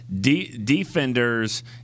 defenders